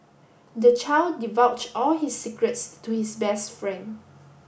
the child divulged all his secrets to his best friend